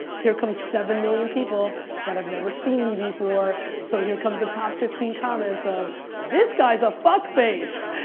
here comes seven million people that have never seen me before so here comes the top fifteen comments of this guy's a fuckface.